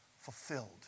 fulfilled